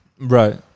Right